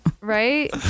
Right